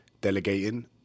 delegating